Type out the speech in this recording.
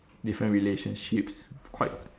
different relationships quite